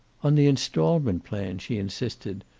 on the installment plan, she insisted.